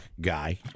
guy